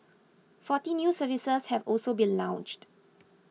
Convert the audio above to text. forty new services have also been launched